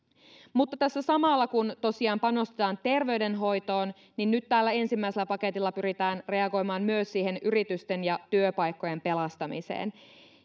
mutta tässä samalla kun tosiaan panostetaan terveydenhoitoon nyt tällä ensimmäisellä paketilla pyritään reagoimaan myös siihen yritysten ja työpaikkojen pelastamiseen